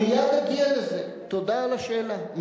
מייד אגיע לזה, תודה על השאלה.